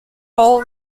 paul